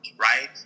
right